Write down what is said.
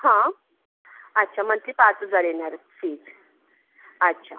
हां अच्छा मंथली पाच हजार येणारए फिज अच्छा